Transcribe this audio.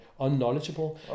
unknowledgeable